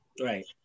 right